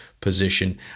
position